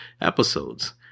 episodes